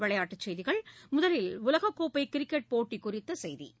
விளையாட்டுச் செய்திகள் முதலில் உலகக்கோப்பை கிரிக்கெட் போட்டி குறித்த செய்திகள்